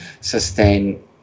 sustain